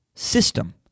system